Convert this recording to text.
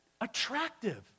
attractive